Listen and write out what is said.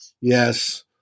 Yes